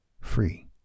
free